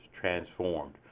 transformed